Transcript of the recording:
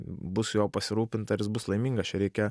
bus juo pasirūpinta ir jis bus laimingas čia reikia